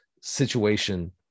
situation